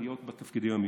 להיות בתפקידים המבצעיים.